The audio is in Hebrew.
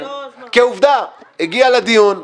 כעובדה, הגיע לדיון,